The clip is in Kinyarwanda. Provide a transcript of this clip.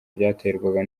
byaterwaga